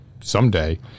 someday